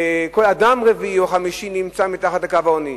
כל אדם רביעי או חמישי נמצא מתחת לקו העוני.